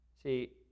See